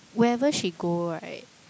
wherever she go right